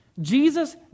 Jesus